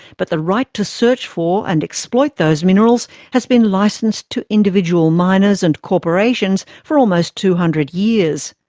but the right to search for and exploit those minerals has been licensed to individual miners and corporations for almost two hundred years.